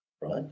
Right